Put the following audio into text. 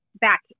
back